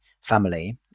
family